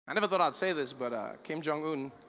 i never thought i would say this but ah kim jong-un